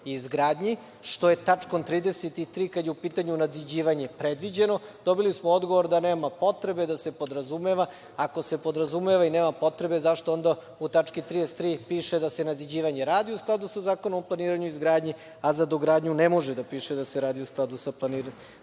i izgradnji, što je tačkom 33), kad je u pitanju nadziđivanje, predviđeno. Dobili smo odgovor da nema potrebe, da se podrazumeva. Ako se podrazumeva i nema potrebe, zašto onda u tački 33) piše da se nadziđivanje radi u sladu sa Zakonom o planiranju i izgradi, a za dogradnju ne može da piše da se radi u skladu sa Zakonom